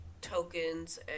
tokens